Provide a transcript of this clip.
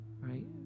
right